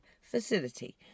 facility